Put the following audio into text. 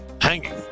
hanging